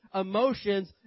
emotions